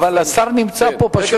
אבל השר נמצא פה פשוט.